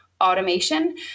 automation